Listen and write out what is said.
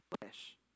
flesh